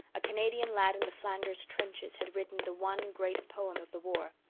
a canadian lad in the flanders trenches had written the one great poem of the war.